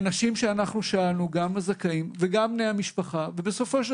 האנשים שאנחנו שאלנו גם הזכאים וגם בני המשפחה בסופו של